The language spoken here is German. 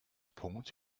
punkt